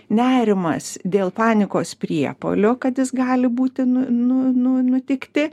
nerimas dėl panikos priepuolio kad jis gali būti nu nu nu nutikti